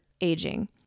aging